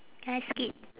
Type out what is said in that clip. can I skip